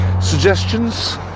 Suggestions